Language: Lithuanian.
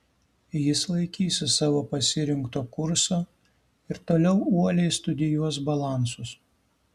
jis laikysis savo pasirinkto kurso ir toliau uoliai studijuos balansus